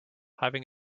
having